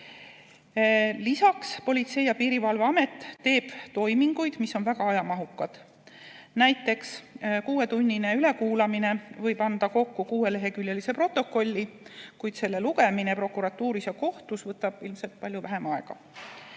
Lisaks teeb Politsei- ja Piirivalveamet toiminguid, mis on väga ajamahukad. Näiteks kuuetunnine ülekuulamine võib anda kokku kuueleheküljelise protokolli, kuid selle lugemine prokuratuuris ja kohtus võtab ilmselt palju vähem aega.